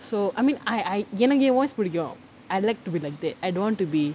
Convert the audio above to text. so I mean I I எனக்கு என்:enakku en voice புடிக்கும்:pudikkum I like to be like that I don't want to be